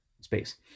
space